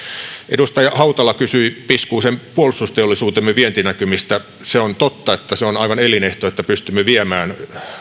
edustaja hautala kysyi piskuisen puolustusteollisuutemme vientinäkymistä se on totta että se on aivan elinehto että pystymme viemään